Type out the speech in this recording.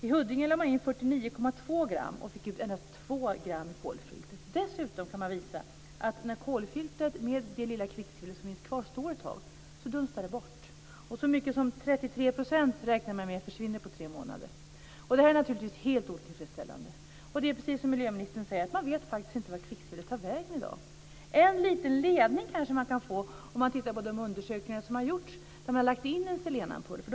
I Huddinge lade man in 49,2 gram och fick ut endast 2 gram i kolfiltret. Dessutom kan man visa att när kolfiltret med det lilla kvicksilver som finns kvar står ett tag dunstar det bort. Man räknar med att så mycket som 33 % försvinner på tre månader. Detta är naturligtvis helt otillfredsställande. Det är precis som miljöministern säger - man vet faktiskt inte vart kvicksilvret tar vägen i dag! En liten ledning kanske man kan få om man tittar på de undersökningar som man har gjorts och där man har lagt in en selenampull.